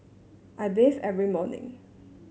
I bathe every morning